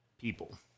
people